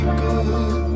good